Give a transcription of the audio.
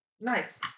Nice